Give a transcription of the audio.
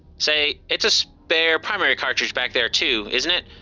say, it's a spare, primary cartridge back there, too, isn't it?